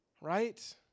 Right